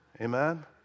Amen